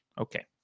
Okay